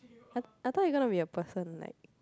I I thought you gonna be a person like